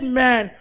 man